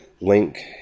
link